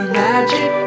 magic